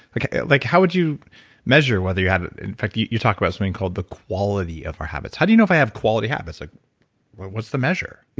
like like how would measure whether you have. in fact, you you talked about something called the quality of our habits. how do you know if i have quality habits? ah what's the measure?